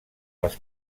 les